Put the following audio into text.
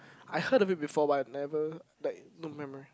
I heard of it before but I never like no memory